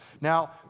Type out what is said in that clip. Now